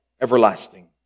everlasting